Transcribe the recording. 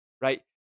Right